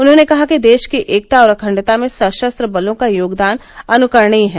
उन्होंने कहा कि देश की एकता और अखंडता में सशस्त्र बलों का योगदान अनुकरणीय है